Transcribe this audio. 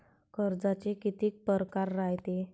कर्जाचे कितीक परकार रायते?